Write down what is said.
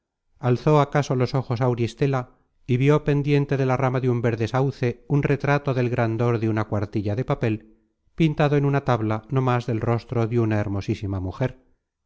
alzó acaso los ojos auristela y vió pendiente de la rama de un verde sauce un retrato del grandor de una cuartilla de papel pintado en una tabla no más del rostro de una hermosísima mujer